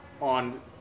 on